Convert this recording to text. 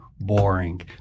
boring